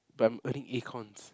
but I'm earning acorns